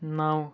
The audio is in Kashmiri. نَو